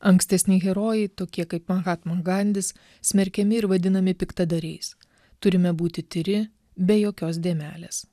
ankstesni herojai tokie kaip mahatma gandis smerkiami ir vadinami piktadariais turime būti tyri be jokios dėmelės